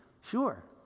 Sure